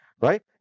right